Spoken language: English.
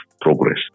progress